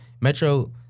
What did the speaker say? Metro